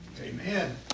Amen